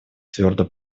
твердо